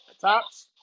top's